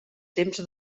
temps